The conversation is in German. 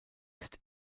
ist